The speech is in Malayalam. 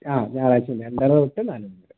ആ ഞായറാഴ്ച രണ്ടര തൊട്ട് നാലുമണി വരെ